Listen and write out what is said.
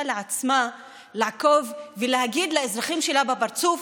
לעצמה לעקוב ולהגיד לאזרחים שלה בפרצוף: